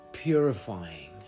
purifying